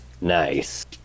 Nice